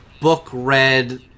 book-read